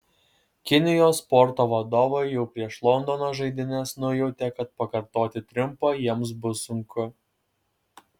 kinijos sporto vadovai jau prieš londono žaidynes nujautė kad pakartoti triumfą jiems bus sunku